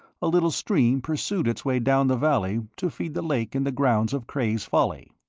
a little stream pursued its way down the valley to feed the lake in the grounds of cray's folly.